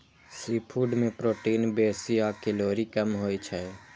seafood मे protein बेसी आ कैलोरी कम होइ छै